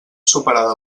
superada